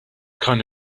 kind